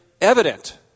evident